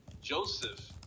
Joseph